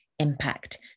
impact